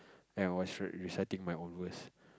and I was reciting my own verse